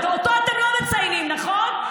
אותו אתם לא מציינים, נכון?